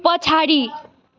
पछाडि